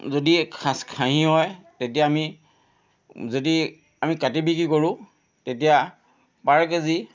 যদি খাচ্ খাহী হয় তেতিয়া আমি যদি আমি কাটি বিকি কৰোঁ তেতিয়া পাৰ কেজি